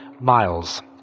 miles